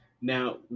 Now